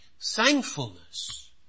thankfulness